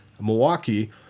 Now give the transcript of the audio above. Milwaukee